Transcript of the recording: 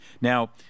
Now